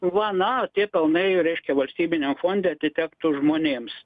va na tie pelnai reiškia valstybiniam fonde atitektų žmonėms